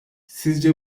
sizce